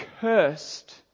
cursed